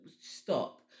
stop